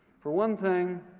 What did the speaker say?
for one thing,